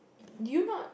do you not